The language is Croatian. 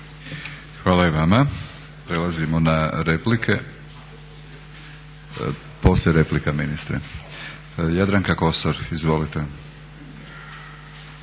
Hvala i vama. Prelazimo na replike. Poslije replika ministre. Jadranka Kosor izvolite.